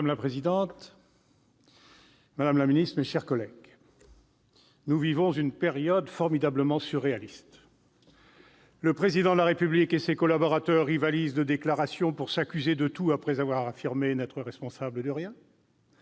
Madame la présidente, madame la ministre, mes chers collègues, nous vivons une période formidablement surréaliste ! Le Président de la République et ses collaborateurs rivalisent de déclarations pour s'accuser de tout, après avoir affirmé n'être responsables de rien.